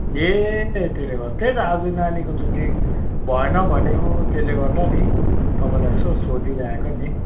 ए त्यसले गर्दा त्यही त आज नानीको छुट्टी भएन भन्यो त्यसले गर्दा नि तपाईँलाई यसो सोधिराखेको नि